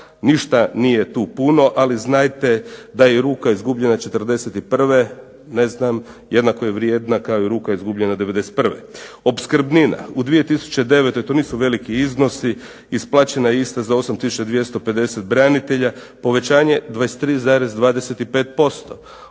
ništa nije tu puno. Ali znajte da je i ruka izgubljena '41. jednako je vrijedna kao i ruka izgubljena '91. Opskrbnina, u 2009., to nisu veliki iznosi, isplaćena je ista za 8250 branitelja, povećanje 23,25%.